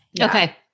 Okay